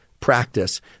practice